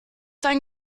dein